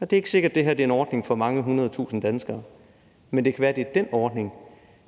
Det er ikke sikkert, at det her er en ordning for mange hundredtusinde danskere, men det kan være, at det er den ordning,